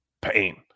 Pain